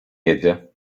jedzie